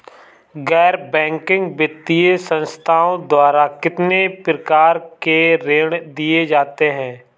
गैर बैंकिंग वित्तीय संस्थाओं द्वारा कितनी प्रकार के ऋण दिए जाते हैं?